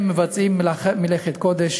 הם עושים מלאכת קודש